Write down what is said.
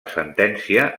sentència